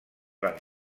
van